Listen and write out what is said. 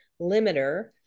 limiter